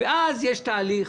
ואז יש תהליך.